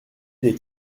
des